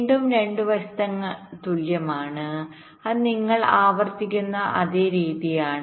വീണ്ടും 2 വശങ്ങൾ തുല്യമാണ് അത് നിങ്ങൾ ആവർത്തിക്കുന്ന അതേ രീതിയാണ്